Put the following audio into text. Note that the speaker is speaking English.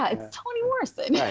ah it's toni morrison. yeah